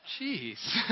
Jeez